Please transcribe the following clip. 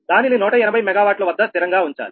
దానిని 180 MW వద్ద స్థిరంగా ఉంచాలి